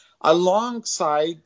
alongside